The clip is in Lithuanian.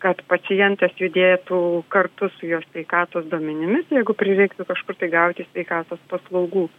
kad pacientas judėtų kartu su jo sveikatos duomenimis jeigu prireiktų kažkur tai gauti sveikatos paslaugų